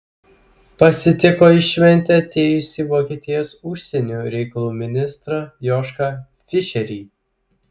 pasitiko į šventę atėjusį vokietijos užsienio reikalų ministrą jošką fišerį